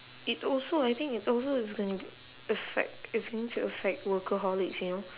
it also I think it's also is gonna affect it's going to affect workaholics you know